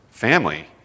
family